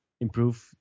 Improve